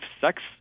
sex